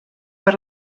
per